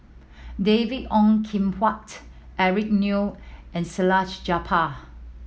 David Ong Kim Huat Eric Neo and Salleh Japar